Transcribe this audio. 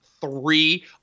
three